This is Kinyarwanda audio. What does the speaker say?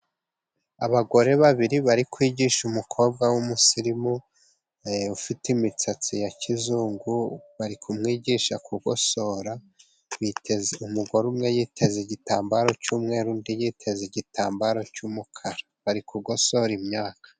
Abagore babiri bari kwigisha umukobwa w'umusirimu, ufite imisatsi ya kizungu, bari kumwigisha kugosora, umugore umwe yiteze igitambaro cy'umweru, undi yiteza igitambaro cy'umukara. Bari kugosora imyaka.